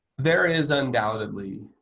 there is undoubtedly,